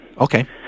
Okay